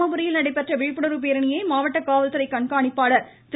தர்மபுரியில் நடைபெற்ற விழிப்புணர்வு பேரணியை மாவட்ட காவல்துறை கண்காணிப்பாளர் திரு